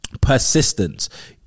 persistence